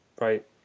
Right